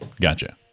Gotcha